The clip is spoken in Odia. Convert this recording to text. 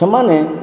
ସେମାନେ